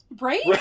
Right